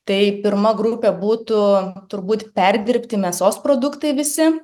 tai pirma grupė būtų turbūt perdirbti mėsos produktai visi